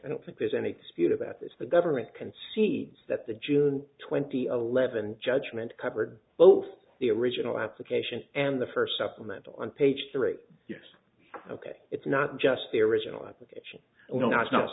i don't think there's any speed of that if the government can see that the june twenty of eleven judgment covered both the original application and the first supplemental on page three you ok it's not just the original application and no